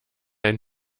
ein